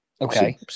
Okay